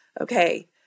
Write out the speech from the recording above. okay